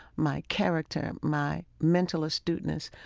my character, my mental astuteness,